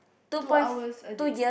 two hours a day